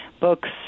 books